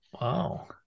Wow